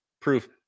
proof